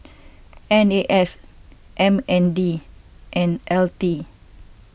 N A S M N D and L T